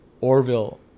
Orville